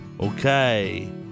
okay